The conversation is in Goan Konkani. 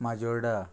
माजोर्डा